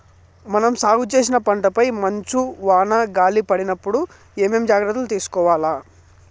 మనం సాగు చేసిన పంటపై మంచు, వాన, గాలి పడినప్పుడు ఏమేం జాగ్రత్తలు తీసుకోవల్ల?